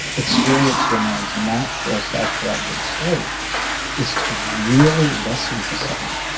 experience your mind's natural self-correcting state is to really listen to someone,